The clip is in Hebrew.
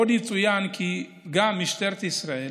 עוד יצוין כי גם משטרת ישראל